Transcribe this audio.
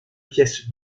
pièces